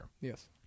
yes